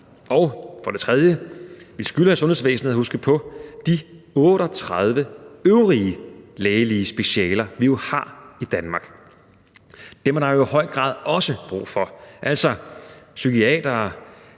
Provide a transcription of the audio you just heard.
For det tredje skylder vi sundhedsvæsenet at huske på de 38 øvrige lægelige specialer, vi jo har i Danmark. Dem er der i høj grad også brug for: psykiatere,